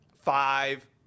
five